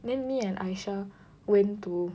then me and Aisyah went to